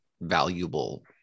valuable